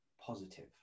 positive